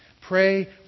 Pray